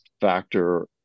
factor